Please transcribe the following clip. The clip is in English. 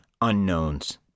unknowns